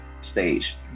stage